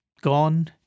gone